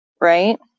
right